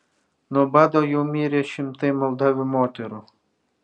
nuo bado jau mirė šimtai moldavių moterų